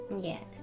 Yes